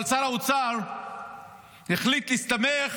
אבל שר האוצר החליט להסתמך